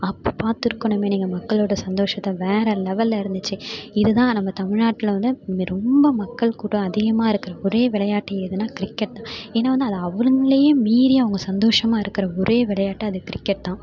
அப்போ பார்த்துருக்கணுமே நீங்கள் மக்களோட சந்தோஷத்த வேறு லெவலில் இருந்துச்சு இதுதான் நம்ம தமிழ்நாட்டில் வந்து இங்கே ரொம்ப மக்கள் கூட்டம் அதிகமாக இருக்கிற ஒரே விளையாட்டு எதுனால் கிரிக்கெட் தான் ஏன்னால் வந்து அது அவங்களையே மீறி அவங்க சந்தோஷமாக இருக்கிற ஒரே விளையாட்டு அது கிரிக்கெட் தான்